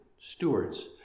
stewards